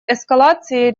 эскалации